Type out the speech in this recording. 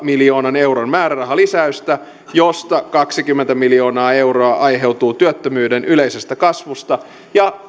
miljoonan euron määrärahalisäystä josta kaksikymmentä miljoonaa euroa aiheutuu työttömyyden yleisestä kasvusta ja